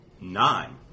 Nine